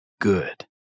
good